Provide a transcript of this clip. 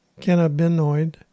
cannabinoid